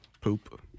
poop